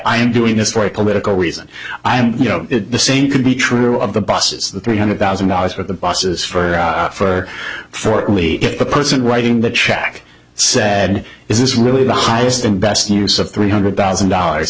i am doing this for a political reason i'm you know the same could be true of the buses the three hundred thousand dollars for the buses for our for fort lee if the person writing the check said is this really the highest and best use of three hundred thousand dollars